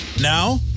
Now